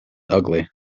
ugly